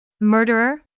Murderer